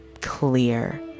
clear